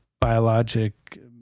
biologic